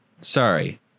Sorry